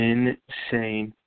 Insane